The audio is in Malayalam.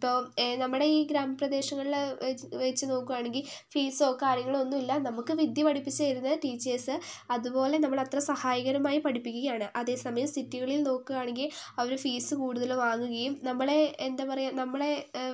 ഇപ്പോൾ നമ്മുടെ ഈ ഗ്രാമപ്രദേശങ്ങളിൽ വച്ച് വച്ച് നോക്കുകയാണെങ്കിൽ ഫീസൊ കാര്യങ്ങളൊ ഒന്നും ഇല്ല നമുക്ക് വിദ്യ പഠിപ്പിച്ചു തരുന്ന ടിച്ചേഴ്സ് അതുപോലെ നമ്മളെ അത്ര സഹായകരമായി പഠിപ്പിക്കുകയാണ് അതെ സമയം സിറ്റികളില് നോക്കുകയാണെങ്കിൽ അവർ ഫീസ് കുടുതല് വാങ്ങുകയും നമ്മളെ എന്താ പറയുക നമ്മളെ